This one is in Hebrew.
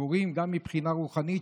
גם מבחינה רוחנית,